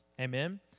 Amen